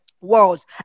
worlds